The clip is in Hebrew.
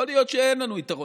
יכול להיות שאין לנו יתרון,